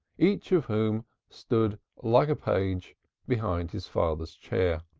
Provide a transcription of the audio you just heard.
each of whom stood like a page behind his father's chair.